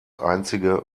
einzige